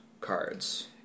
cards